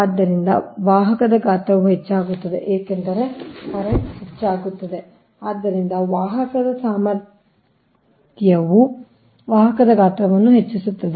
ಆದ್ದರಿಂದ ವಾಹಕದ ಗಾತ್ರವು ಹೆಚ್ಚಾಗುತ್ತದೆ ಏಕೆಂದರೆ ಪ್ರಸ್ತುತವು ಹೆಚ್ಚಾಗುತ್ತದೆ ಆದ್ದರಿಂದ ವಾಹಕದ ಸಾಮರ್ಥ್ಯವು ವಾಹಕದ ಗಾತ್ರವನ್ನು ಹೆಚ್ಚಿಸುತ್ತದೆ